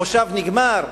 המושב נגמר,